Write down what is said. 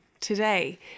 today